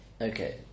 Okay